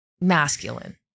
masculine